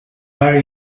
are